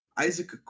isaac